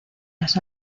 las